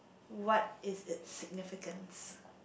what is it significance